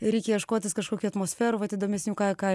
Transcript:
reikia ieškotis kažkokių atmosferų vat įdomesnių ką ką